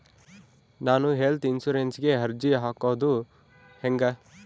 ನಾನು ಹೆಲ್ತ್ ಇನ್ಸುರೆನ್ಸಿಗೆ ಅರ್ಜಿ ಹಾಕದು ಹೆಂಗ?